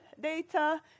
data